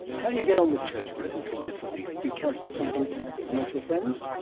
how do you get on with churchmen who feel differently? do you count some of them as amongst your friends?